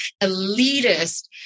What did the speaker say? elitist